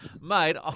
mate